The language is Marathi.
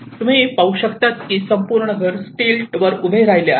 तुम्ही पाहू शकतात की संपूर्ण घर स्टिल्ट्स वर उभे राहिले आहे